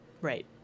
Right